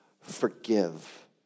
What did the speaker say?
forgive